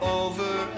over